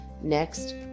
next